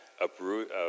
uproot